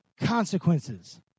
consequences